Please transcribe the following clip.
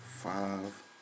Five